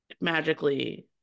magically